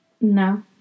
No